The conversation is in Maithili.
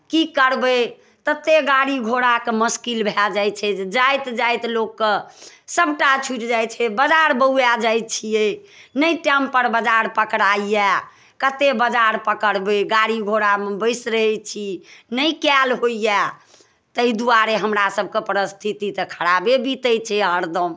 की करबै ततेक गाड़ी घोड़ाके मुश्किल भए जाइत छै जाइत जाइत लोककेँ सभटा छूटि जाइ छै बजार बौआए जाइ छियै नहि टाइमपर बाजार पकड़ाइए कतेक बाजार पकड़बै गाड़ी घोड़ामे बैसि रहै छी नहि कएल होइए ताहि दुआरे हमरासभके परिस्थिति तऽ खराबे बीतै छै हरदम